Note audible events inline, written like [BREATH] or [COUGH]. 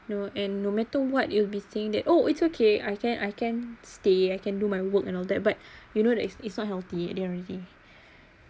no and no matter what you'll be saying that oh it's okay I can I can stay I can do my work and all that but [BREATH] you know that it's is not healthy at the end of the day